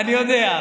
אני יודע.